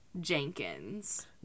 Jenkins